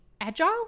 agile